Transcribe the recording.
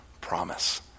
promise